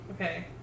Okay